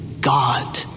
God